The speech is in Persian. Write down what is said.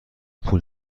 پول